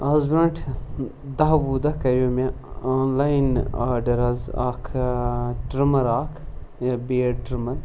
اَز برٛونٛٹھ دَہ وُہ دۄہ کَریو مےٚ آن لایِن آڈَر حظ اَکھ ٹِرٛمَر اَکھ یہِ بِیٲڈ ٹِرٛمَر